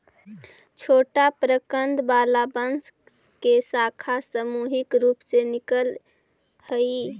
छोटा प्रकन्द वाला बांस के शाखा सामूहिक रूप से निकलऽ हई